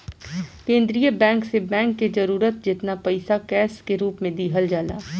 केंद्रीय बैंक से बैंक के जरूरत जेतना पईसा कैश के रूप में दिहल जाला